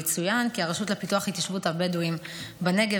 יצוין כי הרשות לפיתוח התיישבות הבדואים בנגב